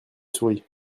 souris